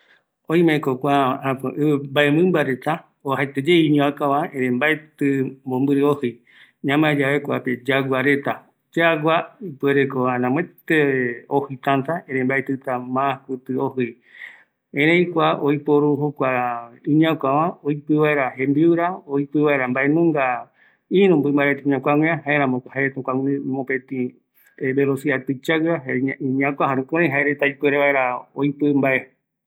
Oimeko kua mɨmba reta oajaeteye iñakua va, ereï maetɨ matɨ ojɨi, yaguareta, tata ojɨi, erei mbaetɨta ɨma ojɨi, oiporu vaera oipɨ jembiara, ïru mɨmba reta